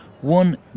one